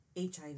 HIV